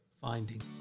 finding